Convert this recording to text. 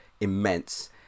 immense